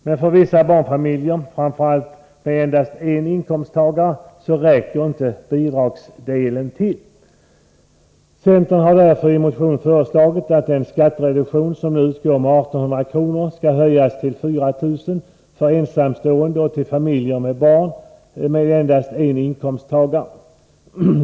Men för vissa barnfamiljer, framför allt sådana med endast en inkomsttagare, räcker inte bidragsdelen till. Centern har därför i motion föreslagit att den skattereduktion som nu utgår med 1 800 kr. skall höjas till 4 000 kr. för ensamstående och för familjer med barn men med endast en inkomsttagare.